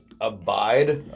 abide